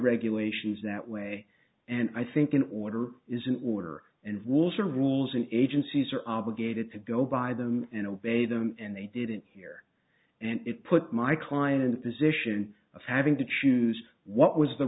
regulations that way and i think an order is an order and will serve rules and agencies are obligated to go by them and obey them and they did it here and it put my client position of having to choose what was the